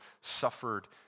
suffered